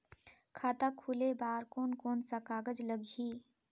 खाता खुले बार कोन कोन सा कागज़ लगही?